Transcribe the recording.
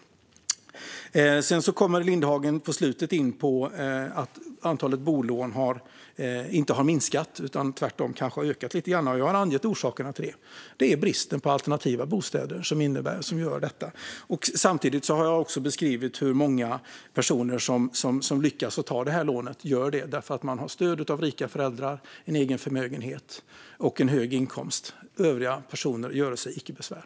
Åsa Lindhagen kommer på slutet in på att antalet bolån inte har minskat utan tvärtom kanske har ökat lite grann. Jag har angett orsaken till det, och det är bristen på alternativa bostäder. Jag har också beskrivit att många personer som lyckas ta lån gör det därför att de har stöd av rika föräldrar, har en egen förmögenhet eller har en hög inkomst. Övriga personer göre sig icke besvär.